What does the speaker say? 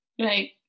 right